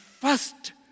first